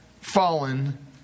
fallen